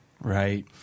Right